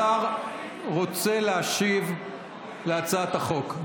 השר רוצה להשיב על הצעת החוק.